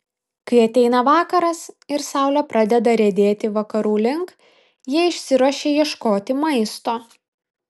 kai ateina vakaras ir saulė pradeda riedėti vakarų link jie išsiruošia ieškoti maisto